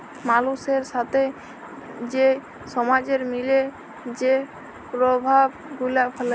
মালুসের সাথে যে সমাজের মিলে যে পরভাব গুলা ফ্যালে